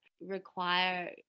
require